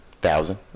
thousand